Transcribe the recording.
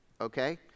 Okay